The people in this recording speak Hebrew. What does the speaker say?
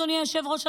אדוני היושב-ראש,